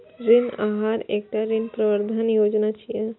ऋण आहार एकटा ऋण प्रबंधन योजना छियै